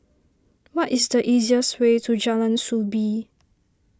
what is the easiest way to Jalan Soo Bee